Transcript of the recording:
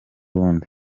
bundi